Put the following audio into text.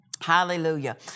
Hallelujah